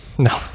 no